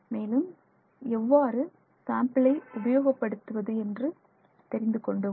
மேலும் எவ்வாறு சாம்பிளை உபயோகப்படுத்துவது என்று தெரிந்துகொண்டோம்